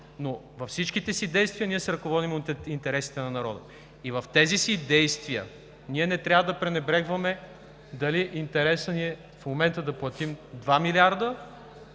но във всичките си действия ние се ръководим от интересите на народа. В тези си действия ние не трябва да пренебрегваме дали интересът ни е в момента да платим два милиарда,